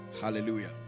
hallelujah